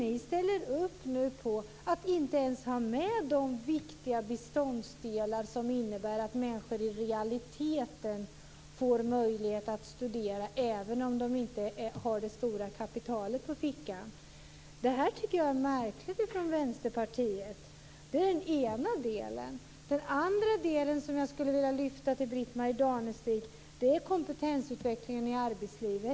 Ni ställer nu upp på att man inte ens tar med de viktiga beståndsdelar som innebär att människor i realiteten får möjlighet att studera, även om de inte har ett stort kapital på fickan. Jag tycker att det är ett märkligt agerande från Vänsterpartiet. Det är den ena delen. Den andra del som jag skulle vilja lyfta fram för Britt-Marie Danestig är kompetensutvecklingen i arbetslivet.